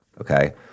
okay